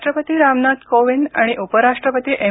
राष्ट्रपती रामनाथ कोविंद आणि उपराष्ट्रपती एम